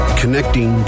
connecting